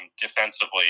defensively